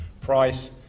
price